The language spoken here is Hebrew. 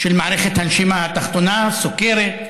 של מערכת הנשימה התחתונה, סוכרת.